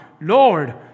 Lord